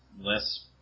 less